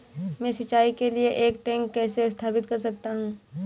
मैं सिंचाई के लिए एक टैंक कैसे स्थापित कर सकता हूँ?